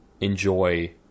Enjoy